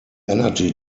energy